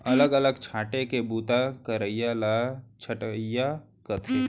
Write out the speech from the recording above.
अलग अलग छांटे के बूता करइया ल छंटइया कथें